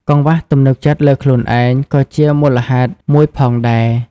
កង្វះទំនុកចិត្តលើខ្លួនឯងក៏ជាមូលហេតុមួយផងដែរ។